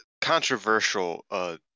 controversial